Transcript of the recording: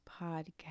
podcast